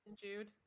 Jude